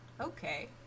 Okay